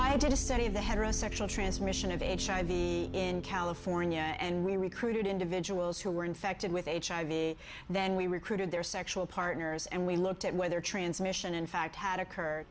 i did a study of the heterosexual transmission of hiv in california and we recruited individuals who were infected with hiv then we recruited their sexual partners and we looked at whether transmission in fact had occurred